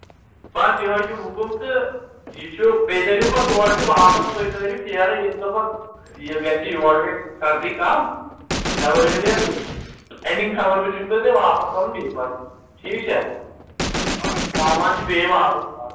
بَس یِہَے چھُ حُکُم تہٕ یہِ چھُ بیٚیہِ تٲرِو پَتہٕ تور تہِ واپَس تُہۍ تٲرِو پھیرٕ ییٚلہِ دوٚپ پتہٕ یہِ گژھِ یور گژھِ سردی کَم فیٚبرؤریَس منٛز اٮ۪نٛڈِنٛگ فیٚبرؤری چھُو تۄہہِ تۄہہِ واپَس کَرُن بیٚیہِ پَتہٕ ٹھیٖک چھا سامان چھُ بیٚیہِ واپَس کَرُن